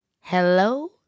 Hello